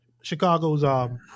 Chicago's –